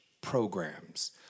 programs